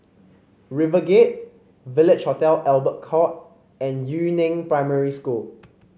RiverGate Village Hotel Albert Court and Yu Neng Primary School